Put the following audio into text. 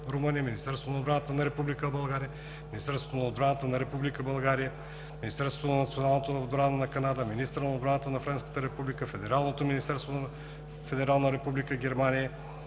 Албания, Министерството на отбраната на Република България, Министерството на националната отбрана на Канада, министъра на отбраната на Френската република, Федералното министерство на отбраната на Федерална република Германия,